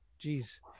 Jeez